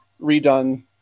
redone